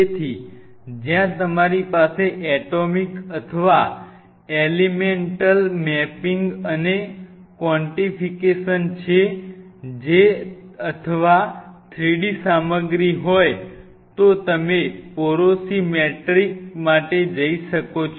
તેથી જ્યાં તમારી પાસે એટોમિક અથવા એલિમેન્ટલ મેપિંગ અને ક્વોન્ટિફિકેશન છે જેલ અથવા 3 D સામગ્રી હોય તો તમે પોરોસિમેટ્રી માટે જઈ શકો છો